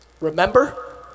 Remember